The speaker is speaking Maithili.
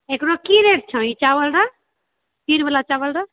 एकरो की रेट छौ ई चावल के खीरवाला चावल के